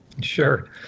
Sure